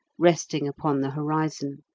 resting upon the horizon,